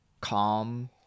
calm